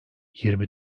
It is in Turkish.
yirmi